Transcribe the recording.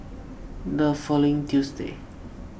the following Tuesday